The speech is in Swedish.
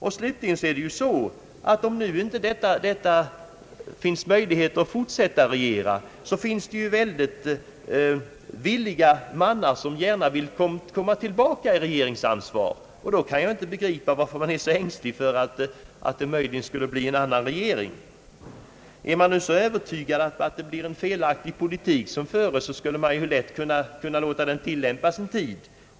Om den nuvarande regeringen inte har möjligheter att fortsätta att regera, finns det väldigt villiga mannar som gärna vill komma och påtaga sig regeringsansvaret. Jag kan då inte begripa varför man är så ängslig för att det möjligen skulle bli en annan regering. Är man så Övertygad om att det kommer att bli en felaktig politik som föres, skulle man ju lätt kunna låta den tillämpas en tid.